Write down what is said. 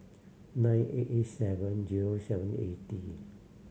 nine eight eight seven zero seven eighty